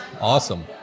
Awesome